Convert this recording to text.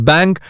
Bank